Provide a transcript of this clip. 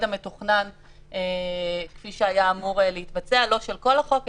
המתוכנן כפי שהיה אמור להתבצע לא של כל החוק,